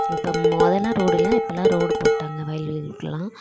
இப்போ மொதலெலாம் ரோட் இல்லை இப்பெலாம் ரோட் போட்டாங்க வயல் வெளி ரூட்டெலலாம்